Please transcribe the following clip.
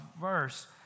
verse